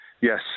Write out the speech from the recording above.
Yes